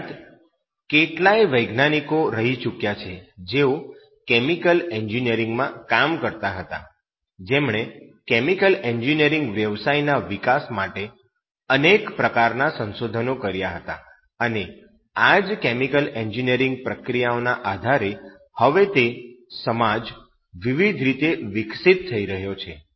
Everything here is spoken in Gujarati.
ઉપરાંત કેટલાય વૈજ્ઞાનિકો રહી ચૂક્યા છે જેઓ કેમિકલ એન્જિનિયરીંગમાં કામ કરતા હતા જેમણે કેમિકલ એન્જિનિયરીંગ વ્યવસાયના વિકાસ માટે અનેક પ્રકારનાં સંશોધન કર્યા હતા અને આ જ કેમિકલ એન્જિનિયરીંગ પ્રક્રિયાઓના આધારે હવે તે સમાજ વિવિધ રીતે વિકસિત થઈ રહ્યો છે